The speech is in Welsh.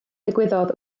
ddigwyddodd